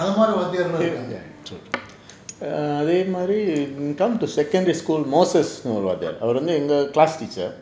அது மாரி வாத்தியார்களும் இருக்காங்க:raathiri muluthum ukkaanthu athula ulla thellaam eluthittu marunaal vanthu koduthaen athu maari vaathiyaargalum irukaanga